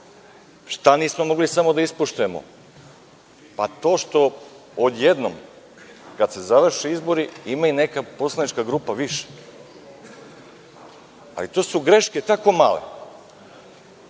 Šta nismo mogli samo da ispoštujemo? To što od jednom, kada se završe izbori, ima neka poslanička grupa više. Te greške su tako male